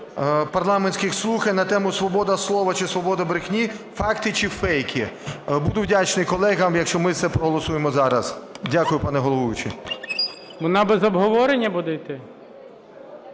парламентських слухань на тему: "Свобода слова чи свобода брехні: факти чи фейки". Буду вдячний колегам, якщо ми це проголосуємо зараз. Дякую, пане головуючий. ГОЛОВУЮЧИЙ. Вона без обговорення буде йти?